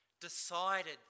decided